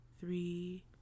three